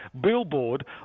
billboard